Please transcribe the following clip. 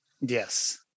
Yes